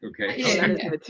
Okay